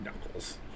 knuckles